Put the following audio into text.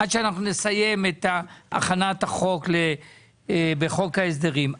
עד שאנחנו נסיים את הכנת החוק בחוק ההסדרים.